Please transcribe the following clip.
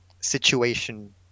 situation